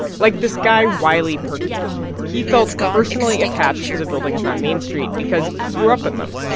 like this guy, wiley purkey he felt personally attached to the buildings on main street because he grew up in them.